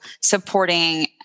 supporting